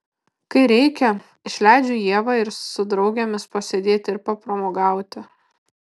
kai reikia išleidžiu ievą ir su draugėmis pasėdėti ir papramogauti